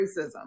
racism